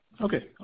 Okay